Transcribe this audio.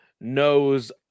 knows